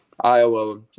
Iowa